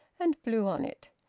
and blew on it,